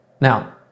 Now